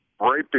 right